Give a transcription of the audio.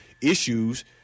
issues